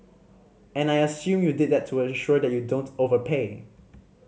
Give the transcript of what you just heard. and I assume you did that to ensure that you don't overpay